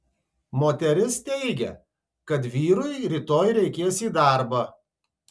moteris teigia kad vyrui rytoj reikės į darbą